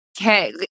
okay